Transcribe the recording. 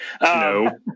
No